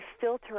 filter